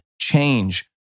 change